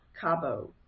Cabo